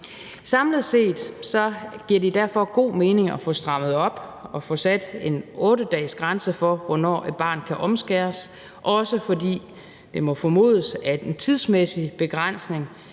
Samlet set giver det derfor god mening at få strammet op og få sat en 8-dagesgrænse for, hvornår et barn kan omskæres, også fordi det må formodes, at en tidsmæssig begrænsning